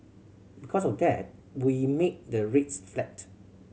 because of that we made the rates flat